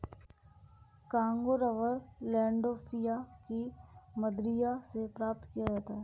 Congo rubber Landolphia की मदिरा से प्राप्त किया जाता है